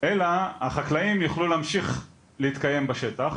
אלא החקלאים יוכלו להמשיך להתקיים בשטח